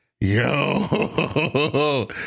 Yo